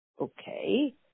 Okay